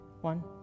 one